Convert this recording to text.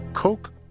Coke